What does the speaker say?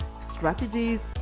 strategies